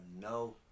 no